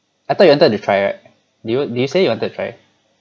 I thought you wanted to try right do you do you say you wanted to try